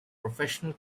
professional